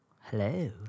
Hello